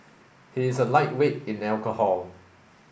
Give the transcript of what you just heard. he is a lightweight in alcohol